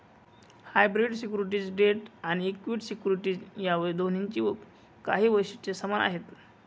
hybrid securities debt आणि equity securities या दोन्हींची काही वैशिष्ट्ये समान आहेत